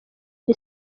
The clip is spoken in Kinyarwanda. iri